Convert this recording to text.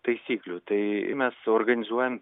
taisyklių tai mes suorganizuojam